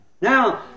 Now